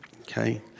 okay